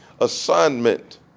assignment